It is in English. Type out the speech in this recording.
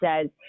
says